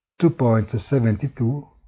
2.72